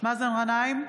מאזן גנאים,